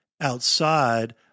outside